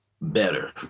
better